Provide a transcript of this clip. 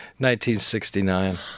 1969